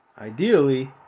ideally